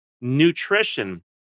nutrition